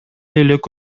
элек